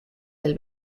del